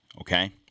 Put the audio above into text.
okay